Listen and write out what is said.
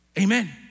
Amen